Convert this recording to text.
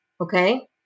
okay